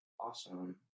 awesome